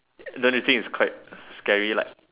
don't you think it's quite scary like